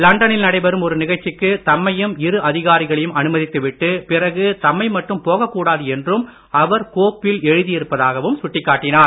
லண்டனில் நடைபெறும் ஒரு நிகழ்ச்சிக்கு தம்மையும் இரு அதிகாரிகளையும் அனுமதித்து விட்டு பிறகு தம்மை மட்டும் போக கூடாது என்றும் அவர் கோப்பில் எழுதியிருப்பதாகவும் சுட்டிக்காட்டினார்